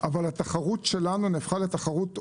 אבל התחרות שלנו נהפכה לתחרות עולמית,